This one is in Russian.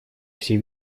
всей